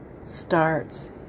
starts